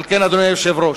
על כן, אדוני היושב-ראש,